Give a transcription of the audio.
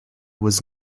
was